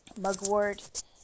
Mugwort